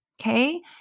Okay